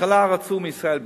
בהתחלה רצו מישראל ביתנו,